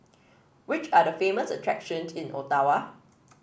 which are the famous attractions in Ottawa